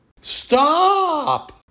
Stop